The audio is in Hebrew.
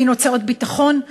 בגין הוצאות ביטחון,